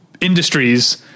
industries